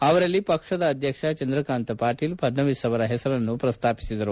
ಅವರಲ್ಲಿ ಪಕ್ಷದ ಅಧ್ಯಕ್ಷ ಚಂದ್ರಕಾಂತ್ ಪಾಟೀಲ್ ಫಡ್ನವೀಸ್ ಅವರ ಹೆಸರನ್ನು ಪ್ರಸ್ತಾಪಿಸಿದರು